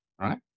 right